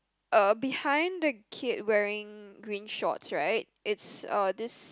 uh behind the kid wearing green shorts right it's a this